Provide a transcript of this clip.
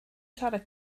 siarad